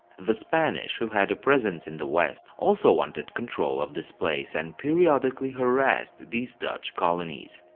the spanish, who had a presence in the west, also wanted control of this place and periodically harrassed these dutch colonies.